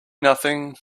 nothing